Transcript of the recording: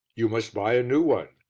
you must buy a new one.